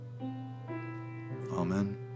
Amen